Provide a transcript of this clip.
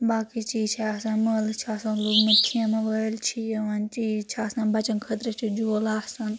باقی چیٖز چھِ آسان مٲلہٕ چھُ آسان لۆگمت خیمہٕ وٲلی چھِ یوان چیٖز چھِ آسان بچن خٲطرٕ چھِ جوٗلہٕ آسان